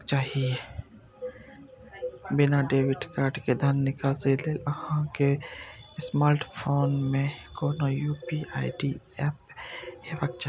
बिना debit card के धन निकासी लेल अहां के स्मार्टफोन मे कोनो यू.पी.आई एप हेबाक चाही